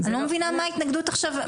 אני לא מבינה מה ההתנגדות עכשיו.